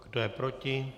Kdo je proti?